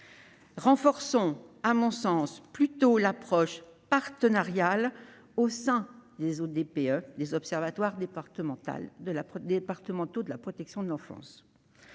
Renforçons plutôt l'approche partenariale au sein des observatoires départementaux de la protection de l'enfance.